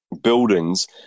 buildings